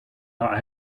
that